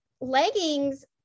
leggings